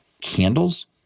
candles